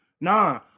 nah